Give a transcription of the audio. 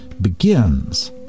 begins